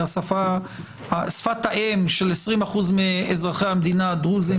שהיא שפת האם של 20% מאזרחי המדינה הדרוזים